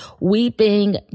weeping